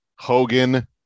Hogan